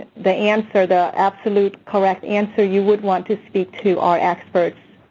the answer, the absolute correct answer you would want to speak to our experts.